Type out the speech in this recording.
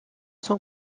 son